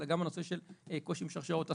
אלא גם הנושא של קושי עם שרשראות אספקה.